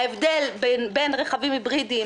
ההבדל בין רכבים היברידים,